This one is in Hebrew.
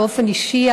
באופן אישי,